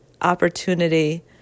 opportunity